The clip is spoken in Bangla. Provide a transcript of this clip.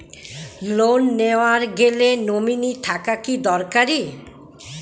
লোন নেওয়ার গেলে নমীনি থাকা কি দরকারী?